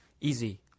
Easy